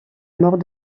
mort